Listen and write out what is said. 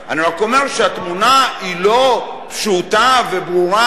אני רק אומר שהתמונה היא לא פשוטה וברורה,